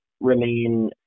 remain